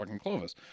clovis